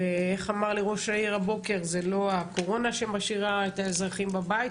ואיך אמר לי ראש העיר הבוקר זה לא הקורונה שמשאירה את האזרחים בבית,